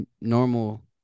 normal